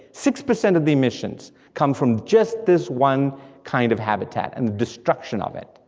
six percent of the emissions come from just this one kind of habitat, and the destruction of it,